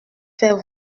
faire